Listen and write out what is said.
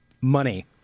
money